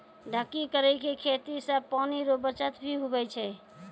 ढकी करी के खेती से पानी रो बचत भी हुवै छै